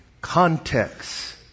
context